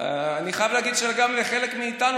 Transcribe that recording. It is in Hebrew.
אני חייב להגיד שגם לחלק מאיתנו.